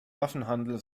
waffenhandel